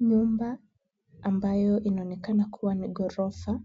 Nyumba ambayo inaonekana kuwa ni ghorofa.